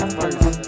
first